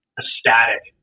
ecstatic